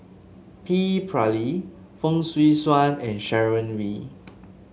P Ramlee Fong Swee Suan and Sharon Wee